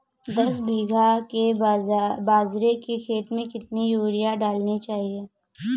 दस बीघा के बाजरे के खेत में कितनी यूरिया डालनी चाहिए?